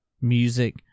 music